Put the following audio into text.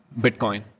Bitcoin